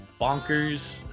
bonkers